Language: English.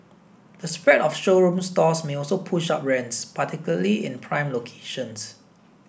the spread of showroom stores may also push up rents particularly in prime locations